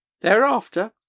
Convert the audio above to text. Thereafter